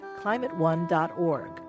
climateone.org